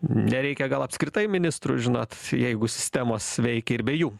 nereikia gal apskritai ministrų žinot jeigu sistemos veikia ir be jų